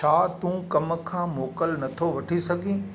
छा तूं कमु खां मोकिल नथो वठी सघीं